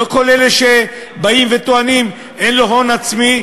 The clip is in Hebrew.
לא כל אלה שבאים וטוענים: אין לי הון עצמי,